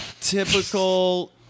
typical